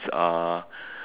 uh